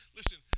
Listen